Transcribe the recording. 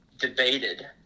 debated